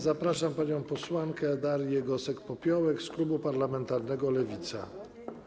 Zapraszam panią posłankę Darię Gosek-Popiołek z klubu parlamentarnego Lewica.